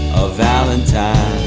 a valentine